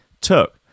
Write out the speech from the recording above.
took